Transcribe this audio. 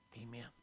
amen